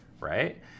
Right